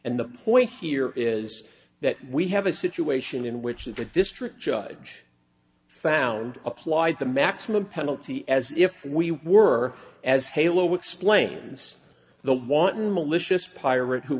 and the point here is that we have a situation in which the district judge found applied the maximum penalty as if we were as halo explains the wanton malicious pirate who